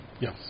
yes